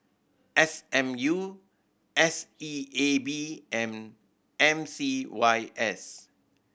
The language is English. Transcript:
S M U S E A B and M C Y S